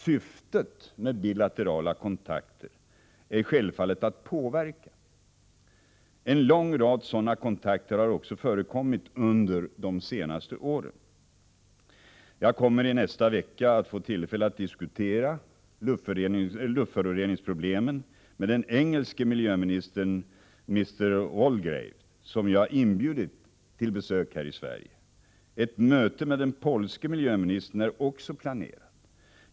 Syftet med bilaterala kontakter är självfallet att påverka. En lång rad sådana kontakter har också förekommit under de senaste åren. Jag kommer nästa vecka att få tillfälle att diskutera luftföroreningsproblemen med den engelske miljöministern, Mr Waldegrave, som jag inbjudit till besök här i Sverige. Ett möte med den polske miljöministern är också planerat.